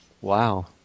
Wow